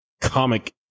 comic